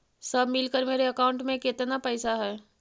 सब मिलकर मेरे अकाउंट में केतना पैसा है?